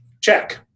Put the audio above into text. check